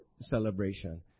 celebration